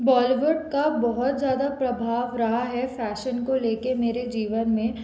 बॉलीवुड का बहुत ज़्यादा प्रभाव रहा है फैशन को लेके मेरे जीवन में